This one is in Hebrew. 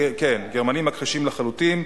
כן, הגרמנים מכחישים לחלוטין.